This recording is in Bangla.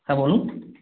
হ্যাঁ বলুন